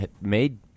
made